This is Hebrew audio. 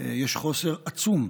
יש חוסר עצום.